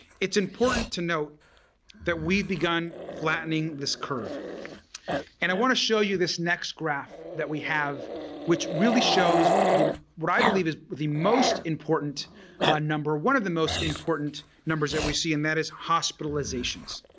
it's important to note that we've begun flattening this curve and i want to show you this next graph that we have which really shows what i believe is the most important ah number, one of the most important numbers that we see and that is hospitalizations.